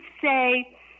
say